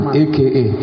aka